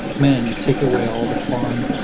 man, you take away all the fun,